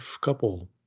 couple